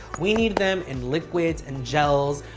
we need them in liquids and gels.